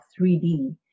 3D